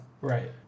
right